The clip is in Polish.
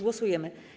Głosujemy.